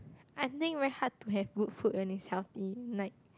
I think very had to have good food when it's healthy like